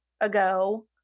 Ago